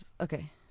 okay